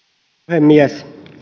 puhemies